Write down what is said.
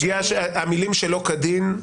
המילים "שלא כדין",